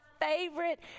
favorite